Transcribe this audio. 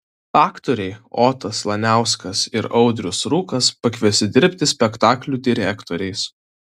aktoriai otas laniauskas ir audrius rūkas pakviesti dirbti spektaklių direktoriais